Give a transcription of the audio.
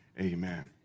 Amen